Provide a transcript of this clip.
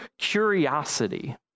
curiosity